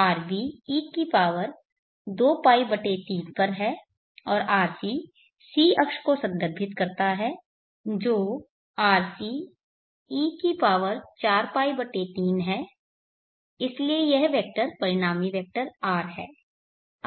rbe2π 3 पर है और rc c अक्ष को संदर्भित करता है जो rce4π 3 है इसलिए यह वेक्टर परिणामी वेक्टर R है